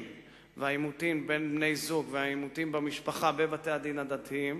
והעימותים בין בני-זוג והעימותים במשפחה בבתי-הדין הרבניים.